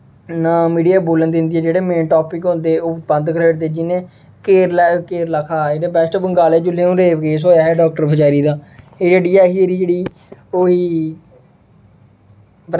ना मीडिया ई बोलन दिंदी ऐ जेह्ड़े मेन टॉपिक होंदे ओह् बंद कराई ओड़दी जि'यां केरला केरला आखा दा इद्धर वेस्ट बंगाल च जोल्लै हून रेप केस होया हा डॉक्टर बचैरी दा मीडिया आह्ली ही जेह्ड़ी ओह् ही